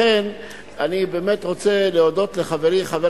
לכן אני באמת רוצה להודות לחברי חבר